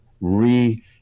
re-